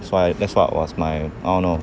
that's why that's what was my I don't know